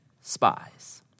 spies